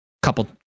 couple